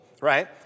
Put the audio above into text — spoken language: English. right